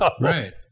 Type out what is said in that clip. Right